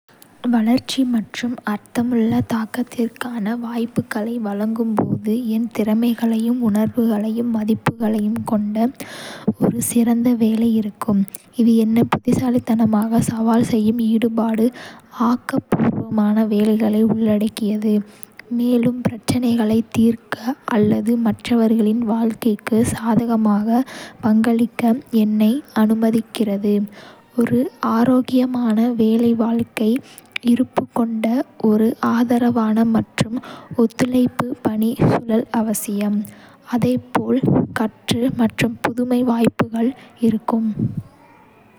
வளர்ச்சி மற்றும் அர்த்தமுள்ள தாக்கத்திற்கான வாய்ப்புகளை வழங்கும் போது என் திறமைகளையும், உணர்வுகளையும், மதிப்புகளையும் கொண்ட ஒரு சிறந்த வேலை இருக்கும். இது, என்னை புத்திசாலித்தனமாக சவால் செய்யும் ஈடுபாடு, ஆக்கப்பூர்வமான வேலைகளை உள்ளடக்கியது, மேலும் பிரச்சினைகளை தீர்க்க அல்லது மற்றவர்களின் வாழ்க்கைக்கு சாதகமாக பங்களிக்க என்னை அனுமதிக்கிறது. ஒரு ஆரோக்கியமான வேலை-வாழ்க்கை இருப்பு கொண்ட ஒரு ஆதரவான மற்றும் ஒத்துழைப்பு பணி சூழல் அவசியம், அதே போல் கற்று மற்றும் புதுமை வாய்ப்புகள் இருக்கும்.